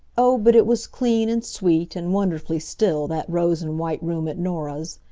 oh, but it was clean, and sweet, and wonderfully still, that rose-and-white room at norah's!